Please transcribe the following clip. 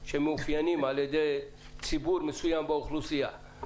שהם מאופיינים על ידי ציבור מסוים באוכלוסייה,